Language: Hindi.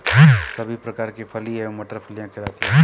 सभी प्रकार की फली एवं मटर फलियां कहलाती हैं